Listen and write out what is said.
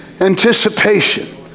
anticipation